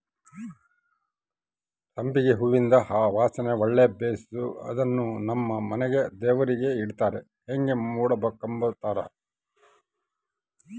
ಸಂಪಿಗೆ ಹೂವಿಂದು ವಾಸನೆ ಒಳ್ಳೆ ಬೇಸು ಅದುನ್ನು ನಮ್ ಮನೆಗ ದೇವರಿಗೆ ಇಡತ್ತಾರ ಹಂಗೆ ಮುಡುಕಂಬತಾರ